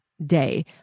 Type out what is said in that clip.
day